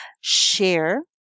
share